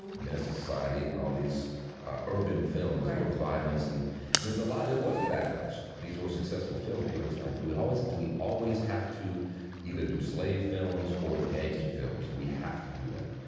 menace to society and all these urban films with violence. and there's a lot there was backlash. these were successful film. people say, why do we always do? we always have to either do slave films or gangster films. do we have to do that?